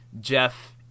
jeff